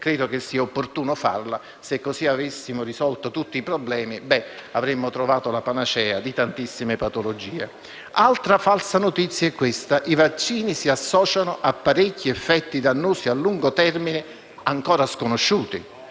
credo sia opportuno farlo. Se così avessimo risolto tutti i problemi avremmo trovato la panacea di tantissime patologie. Altra falsa notizia: i vaccini si associano a parecchi effetti dannosi a lungo termine, ancora sconosciuti,